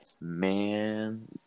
Man